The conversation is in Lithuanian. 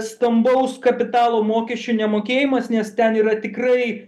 stambaus kapitalo mokesčių nemokėjimas nes ten yra tikrai